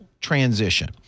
transition